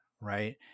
right